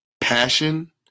passion